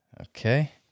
Okay